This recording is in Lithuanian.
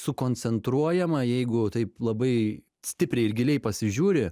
sukoncentruojama jeigu taip labai stipriai ir giliai pasižiūri